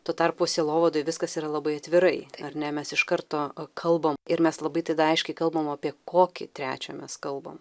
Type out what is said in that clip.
tuo tarpu sielovadoj viskas yra labai atvirai ar ne mes iš karto kalbam ir mes labai tada aiškiai kalbam apie kokį trečią mes kalbam